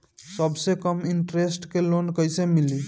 सबसे कम इन्टरेस्ट के लोन कइसे मिली?